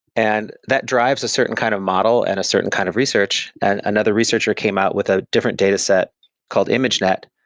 and that drives a certain kind of model and a certain kind of research. and another researcher came out with a different data set called image net,